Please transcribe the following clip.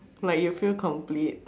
like you feel complete